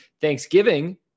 Thanksgiving